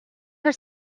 her